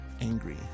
angry